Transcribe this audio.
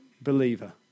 believer